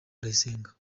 ndayisenga